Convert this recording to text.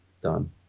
done